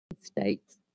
states